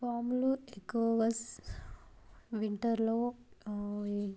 పాములు ఎక్కువగా స్ వింటర్లో స్